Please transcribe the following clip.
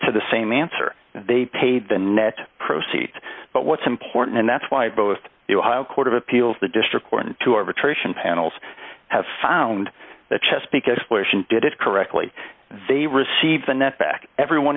to the same answer they paid the net proceeds but what's important and that's why both court of appeals the district court to arbitration panels have found that chesapeake exploration did it correctly they receive the net back everyone